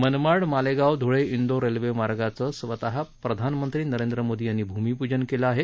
मनमाड मालेगांव धुळे इंदौर रेल्वेमार्गाचे स्वतः प्रधानमंत्री नरेंद्र मोदी यांनी भूमिपूजन केलं आहे